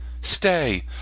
stay